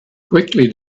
quickly